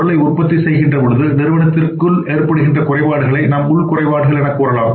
பொருளை உற்பத்தி செய்கின்ற பொழுது நிறுவனத்திற்குள் ஏற்படுகின்ற குறைபாடுகளை நாம் உள் குறைபாடுகள் எனக்கூறலாம்